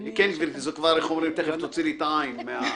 גברתי, בבקשה.